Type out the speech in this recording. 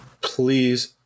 please